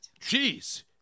Jeez